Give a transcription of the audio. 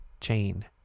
chain